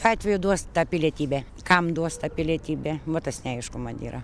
atveju duos tą pilietybę kam duos tą pilietybę va tas neaišku man yra